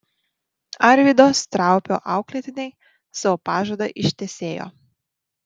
arvydo straupio auklėtiniai savo pažadą ištesėjo